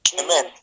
Amen